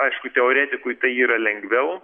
aišku teoretikui tai yra lengviau